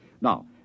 Now